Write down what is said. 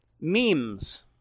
memes